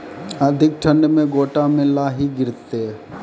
अधिक ठंड मे गोटा मे लाही गिरते?